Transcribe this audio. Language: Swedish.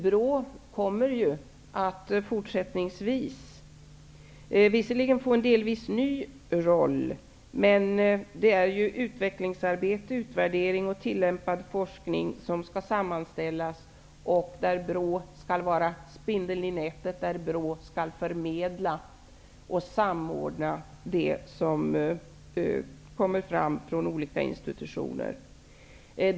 BRÅ kommer visserligen fortsättningsvis att få en delvis ny roll, men det är ju utvecklingsarbete, utvärdering och tillämpad forskning som skall sammanställas, och BRÅ skall då vara spindeln i nätet. BRÅ skall förmedla och samordna det som kommer fram från olika institutioner.